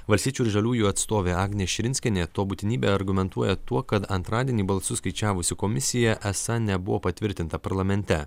valstiečių ir žaliųjų atstovė agnė širinskienė to būtinybę argumentuoja tuo kad antradienį balsus skaičiavusi komisija esą nebuvo patvirtinta parlamente